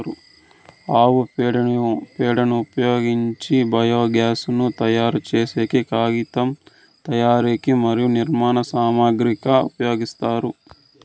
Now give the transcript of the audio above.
ఆవు పేడను ఉపయోగించి బయోగ్యాస్ ను తయారు చేసేకి, కాగితం తయారీకి మరియు నిర్మాణ సామాగ్రి కి ఉపయోగిస్తారు